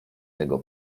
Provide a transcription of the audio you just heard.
tego